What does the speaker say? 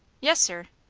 yes, sir?